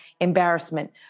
embarrassment